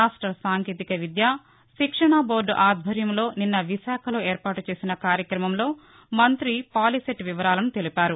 రాష్ట సాంకేతిక విద్య శిక్షణ బోర్డు ఆధ్వర్యంలో నిన్న విశాఖలో ఏర్పాటు చేసిన కార్యక్రమంలో మంతి పాలీసెట్ వివరాలు తెలిపారు